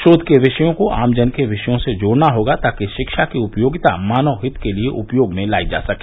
शोध के विषयों को आमजन के विषयों से जोड़ना होगा ताकि शिक्षा की उपयोगिता मानव हित के लिए उपयोग में लायी जा सके